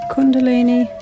Kundalini